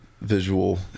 visual